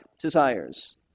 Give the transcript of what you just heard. desires